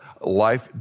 Life